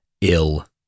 ill